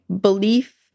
belief